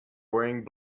wearing